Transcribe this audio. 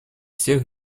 всех